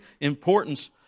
importance